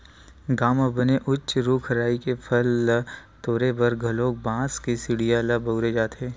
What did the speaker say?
गाँव म बने उच्च रूख राई के फर ल तोरे बर घलोक बांस के सिड़िया ल बउरे जाथे